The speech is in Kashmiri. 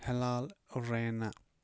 ہلال رینہ